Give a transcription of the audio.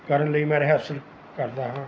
ਕਰਨ ਲਈ ਮੈਂ ਰਹੈਸਲ ਕਰਦਾ ਹਾਂ